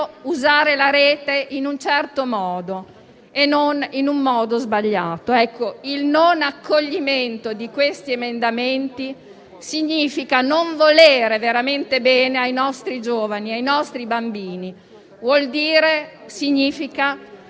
della Rete in un modo corretto e non sbagliato. Il non accoglimento di tali emendamenti significa non volere veramente bene ai nostri giovani e ai nostri bambini; significa